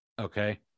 Okay